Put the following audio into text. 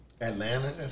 Atlanta